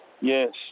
Yes